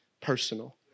personal